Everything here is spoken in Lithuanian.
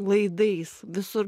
laidais visur